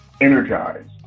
energized